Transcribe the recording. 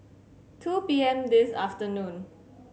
two P M this afternoon